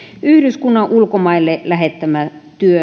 yhdyskunnan ulkomaille lähettämä